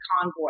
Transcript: convoy